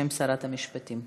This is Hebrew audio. בשם שרת המשפטים.